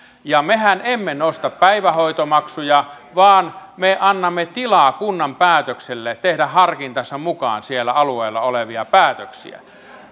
mehän emme nosta päivähoitomaksuja vaan me annamme tilaa kunnan päätökselle tehdä harkintansa mukaan siellä alueella olevia päätöksiä